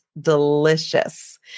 delicious